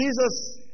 Jesus